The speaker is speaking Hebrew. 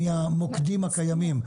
מהמוקדים הקיימים.